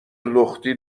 لختی